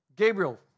Gabriel